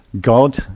God